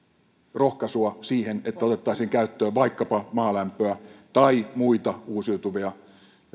rohkaisua siihen että otettaisiin käyttöön vaikkapa maalämpöä tai muita uusiutuvaan